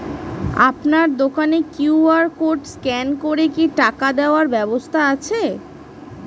আপনার দোকানে QR code scan করে কি টাকা দেওয়ার ব্যবস্থা আছে?